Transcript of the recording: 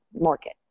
market